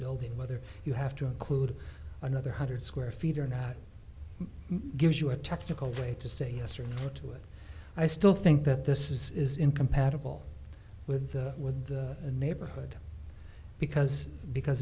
building whether you have to include another hundred square feet or not gives you a technical way to say yes or no to it i still think that this is incompatible with the with the neighborhood because because